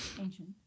Ancient